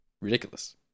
ridiculous